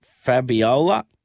Fabiola